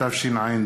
התשע"ד